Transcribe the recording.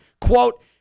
Quote